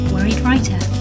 WorriedWriter